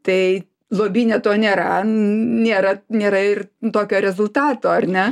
tai lobyne to nėra nėra nėra ir tokio rezultato ar ne